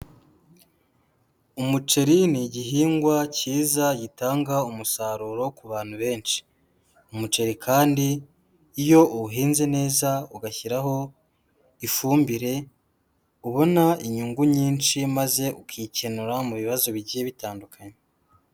Umuceri ni igihingwa cyiza gitanga umusaruro ku bantu benshi. Umuceri kandi iyo uwuhinze neza ugashyiraho ifumbire ubona inyungu nyinshi maze ukikenura mu bibazo bigiye bitandukanye.